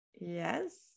Yes